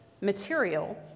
material